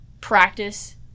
practice